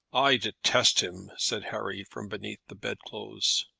i detest him, said harry, from beneath the bedclothes.